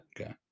Okay